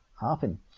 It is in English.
happen